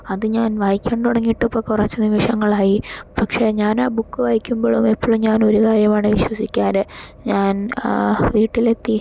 അത് ഞാൻ വായിക്കാൻ തുടങ്ങിയിട്ട് ഇപ്പോൾ കുറച്ച് നിമിഷങ്ങളായി പക്ഷേ ഞാനാ ബുക്ക് വായിക്കുമ്പഴും എപ്പഴും ഞാൻ ഒരു കാര്യമാണ് വിശ്വസിക്കാറ് ഞാൻ വീട്ടിലെത്തി